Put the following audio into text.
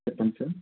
చెప్పండి సార్